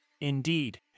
Indeed